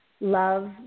love